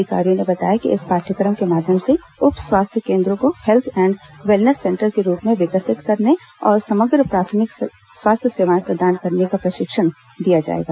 अधिकारियो ने बताया कि इस पाठ्यक्रम के माध्यम से उप स्वास्थ्य केन्द्रों को हेल्थ एण्ड वेलनेस सेंटर के रुप में विकसित करने और समग्र प्राथमिक स्वास्थ्य सेवाएं प्रदान करने का प्रशिक्षण दिया जाएगा